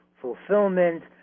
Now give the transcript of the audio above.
fulfillment